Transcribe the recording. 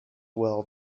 well